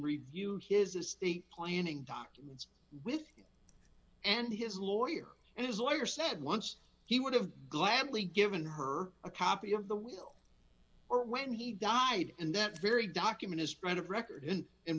review his estate planning documents with him and his lawyer and his lawyer said once he would have gladly given her a copy of the will or when he died and that very document is spread of records in